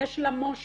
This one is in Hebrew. יש לה מש"ה